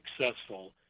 successful